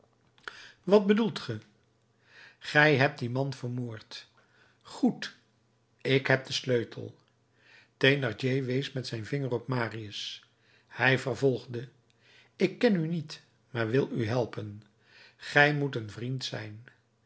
wat bedoelt ge gij hebt dien man vermoord goed ik heb den sleutel thénardier wees met zijn vinger op marius hij vervolgde ik ken u niet maar wil u helpen gij moet een vriend zijn